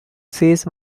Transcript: cease